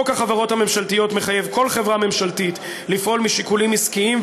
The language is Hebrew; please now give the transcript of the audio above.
חוק החברות הממשלתיות מחייב כל חברה ממשלתית לפעול משיקולים עסקיים,